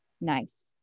nice